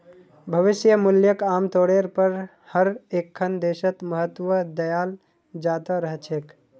भविष्य मूल्यक आमतौरेर पर हर एकखन देशत महत्व दयाल जा त रह छेक